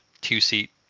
two-seat